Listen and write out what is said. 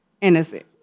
innocent